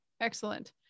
Excellent